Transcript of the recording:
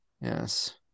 Yes